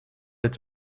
its